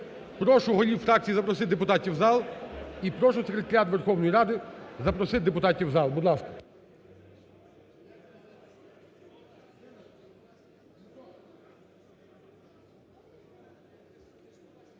Прошу голів фракцій запросити депутатів в зал і прошу Секретаріат Верховної Ради запросити депутатів в зал. Будь ласка.